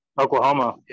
Oklahoma